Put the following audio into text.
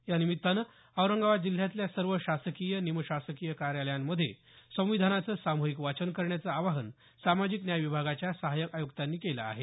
यानिमित्तानं औरंगाबाद जिल्ह्यातल्या सर्व शासकीय निमशासकीय कार्यालयांमध्ये संविधानाचं सामुहिक वाचन करण्याचं आवाहन सामाजिक न्याय विभागाच्या सहायक आयुक्तांनी केलं आहे